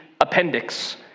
appendix